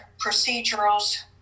procedurals